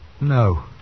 No